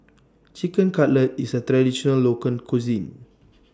Chicken Cutlet IS A Traditional Local Cuisine